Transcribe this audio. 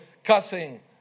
Cussing